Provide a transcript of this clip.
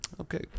Okay